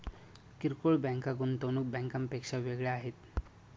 किरकोळ बँका गुंतवणूक बँकांपेक्षा वेगळ्या आहेत